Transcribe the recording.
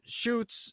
shoots